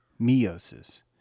meiosis